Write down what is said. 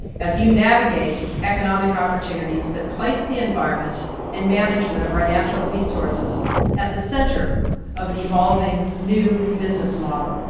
as you navigate economic opportunities that place the environment and management of our natural resources at the center of an evolving new business model.